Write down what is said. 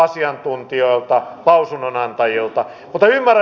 mennään sinne marjatiloille